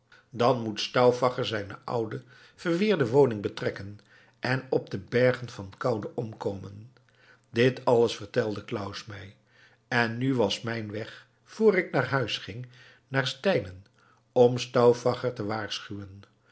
dan moet stauffacher zijne oude verweerde woning betrekken en op de bergen van koude omkomen dit alles vertelde claus mij en nu was mijn weg vr ik naar huis ging naar steinen om stauffacher te waarschuwen